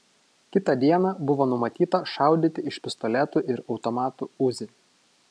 kitą dieną buvo numatyta šaudyti iš pistoletų ir automatų uzi